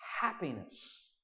happiness